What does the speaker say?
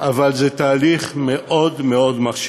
אבל זה תהליך מאוד מאוד מרשים.